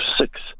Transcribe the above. six